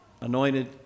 Anointed